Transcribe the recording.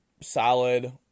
solid